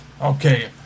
Okay